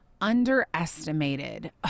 underestimated